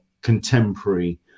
contemporary